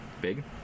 Big